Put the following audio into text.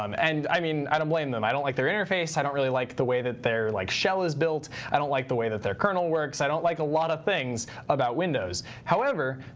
um and i mean, i don't blame them. i don't like their interface. i don't really like the way that their shell is built. i don't like the way that their kernel works. i don't like a lot of things about windows. however,